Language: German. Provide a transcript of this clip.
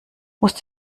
musst